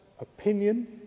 opinion